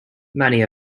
many